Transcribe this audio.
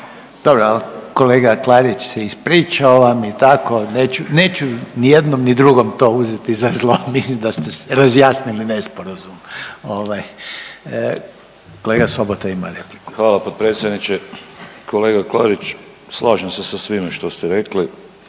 Dobro, ali kolega Klarić se ispričao. On je tako, neću ni jednom ni drugom to uzeti za zlo. Mislim da ste razjasnili nesporazum. Kolega Sobota ima repliku. **Sobota, Darko (HDZ)** Hvala potpredsjedniče. Kolega Klarić, slažem se sa svime što ste rekli